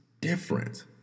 different